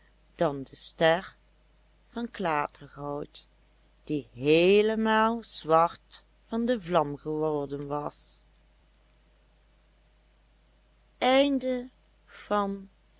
dan de ster van klatergoud die heelemaal zwart van de vlam geworden was